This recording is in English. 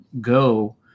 go